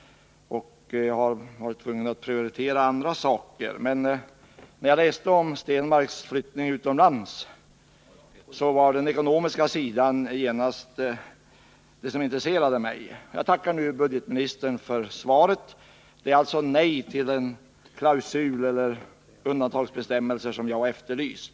— jag har varit tvungen att prioritera andra saker. När jag läste om Ingemar Stenmarks flyttning utomlands var det den ekonomiska sidan som intresserade mig. Jag tackar nu budgetministern för svaret. Det innebär alltså ett nej till sådana undantagsbestämmelser som jag har efterlyst.